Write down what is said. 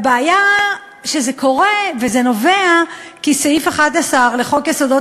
הבעיה היא שזה קורה וזה נובע כי סעיף 11 לחוק יסודות